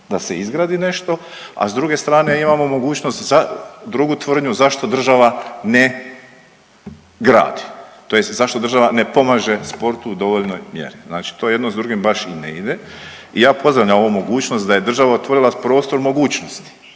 da se izgradi nešto, a s druge strane imamo mogućnost za drugu tvrdnju zašto država ne gradi tj. zašto država ne pomaže sportu u dovoljnoj mjeri. Znači to jedno s drugim baš i ne ide. I ja pozdravljam ovu mogućnost da je država otvorila prostor mogućnost.